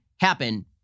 happen